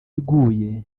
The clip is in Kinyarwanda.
iguye